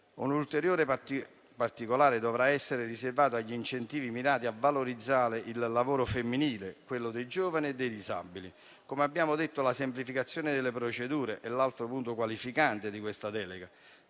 Un'attenzione particolare dovrà essere riservata agli incentivi mirati a valorizzare il lavoro femminile, quello dei giovani e dei disabili. Come abbiamo detto, la semplificazione delle procedure è l'altro punto qualificante di questa delega,